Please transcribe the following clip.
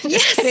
Yes